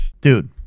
Dude